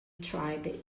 tribe